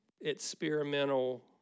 experimental